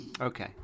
Okay